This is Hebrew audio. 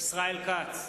ישראל כץ,